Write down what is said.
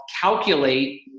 calculate